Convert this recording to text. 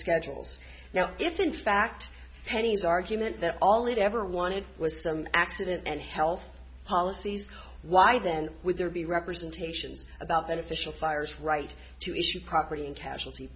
schedules now if in fact penny's argument that all it ever wanted was some accident and health policies why then would there be representations about beneficial fires right to issue property and casualty